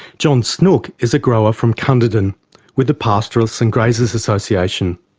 john snooke is a grower from cunderdin with the pastoralists and graziers association.